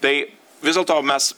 tai vis dėlto mes